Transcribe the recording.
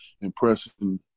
impressing